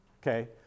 okay